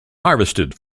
harvested